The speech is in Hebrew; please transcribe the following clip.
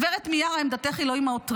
גב' מיארה, עמדתך היא לא עם העותרים.